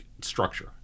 structure